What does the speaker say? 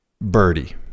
birdie